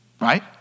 Right